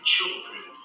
Children